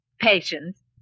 Patience